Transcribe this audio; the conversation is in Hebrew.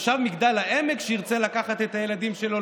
תושב מגדל העמק שירצה לקחת את הילדים שלו